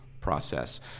process